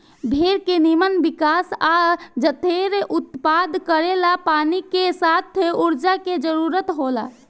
भेड़ के निमन विकास आ जढेर उत्पादन करेला पानी के साथ ऊर्जा के जरूरत होला